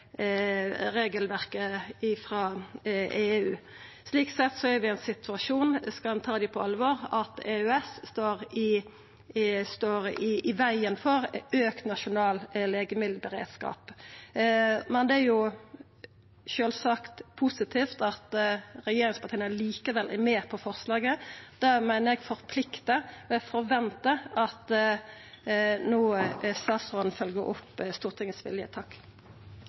regelverket i EU. Slik sett er vi i den situasjonen, om vi skal ta dei på alvor, at EØS står i vegen for auka nasjonal legemiddelberedskap. Men det er sjølvsagt positivt at regjeringspartia likevel er med på forslaga. Det meiner eg forpliktar, og eg forventar at statsråden no følgjer opp Stortingets vilje.